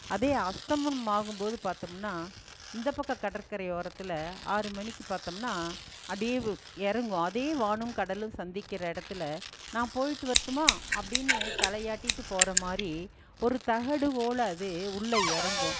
அதே அஸ்தமனம் ஆகும்போது பார்த்தோம்னா இந்தப்பக்கம் கடற்கரை ஓரத்தில் ஆறு மணிக்கு பார்த்தோம்னா அப்படியே இறங்கு அதே வானும் கடலும் சந்திக்கிற இடத்துல நான் போய்ட்டுவரட்டுமா அப்படின்னு தலையாட்டிகிட்டு போகிறமாரி ஒரு தகடு ஒலை அது உள்ளே இறங்கும்